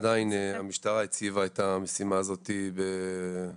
עדיין המשטרה הציבה את המשימה הזאת בראש